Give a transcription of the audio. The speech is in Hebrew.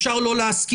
אפשר לא להסכים,